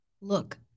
Look